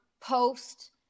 post